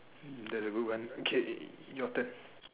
the good one okay your turn